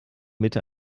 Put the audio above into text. mitte